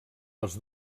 les